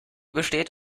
besteht